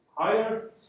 Higher